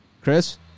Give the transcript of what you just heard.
Chris